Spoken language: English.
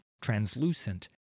translucent